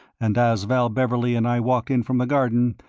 and as val beverley and i walked in from the garden,